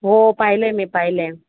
हो पाहिलं आहे मी पाहिलं आहे